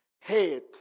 hate